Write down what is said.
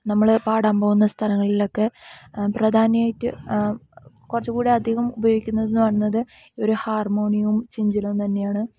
നമ്മൾ പാടാൻ പോകുന്ന സ്ഥലങ്ങളിലൊക്കെ പ്രധാനിയായിട്ട് കുറച്ചും കൂടി അധികം ഉപയോഗിക്കുന്നതെന്നു പറയുന്നത് ഒരു ഹാർമോണിയവും ചിഞ്ചിലവും തന്നെയാണ്